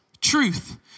truth